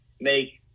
make –